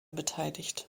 beteiligt